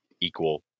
equal